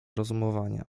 rozumowania